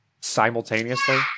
Simultaneously